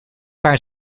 paar